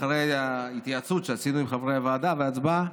אחרי התייעצות שעשינו עם חברי הוועדה והצבעה,